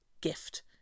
gift